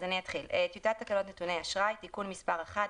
טיוטת תקנות נתוני אשראי (תיקון מס'1),